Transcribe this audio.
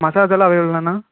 massage எல்லாம் அவெலபிளாண்ணா